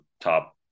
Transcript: top